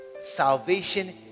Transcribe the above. salvation